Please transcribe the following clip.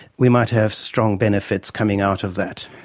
we might have strong benefits coming out of that.